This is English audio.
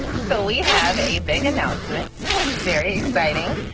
so we have a big announcement very exciting.